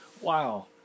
Wow